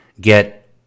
get